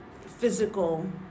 physical